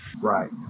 Right